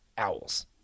Owls